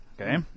Okay